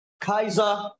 Kaiser